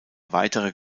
weitere